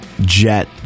jet